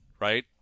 right